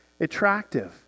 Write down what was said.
attractive